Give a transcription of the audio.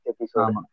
episode